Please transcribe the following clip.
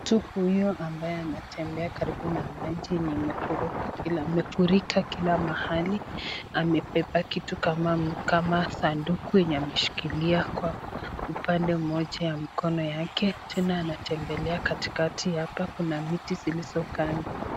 Mtu huyu ambaye anatembea karibu na maji yenye imefurika kila mahali amebeba kitu kama sanduku yenye ameshikilia kwa upande moja ya mkono yake. Tena anetembelea katikati hapa kuna miti zilizokando.